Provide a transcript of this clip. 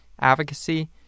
advocacy